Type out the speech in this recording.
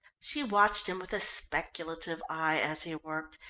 she watched him with a speculative eye as he worked,